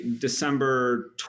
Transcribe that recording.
December